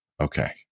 okay